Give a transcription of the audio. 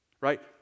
Right